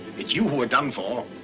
it's you who are done for.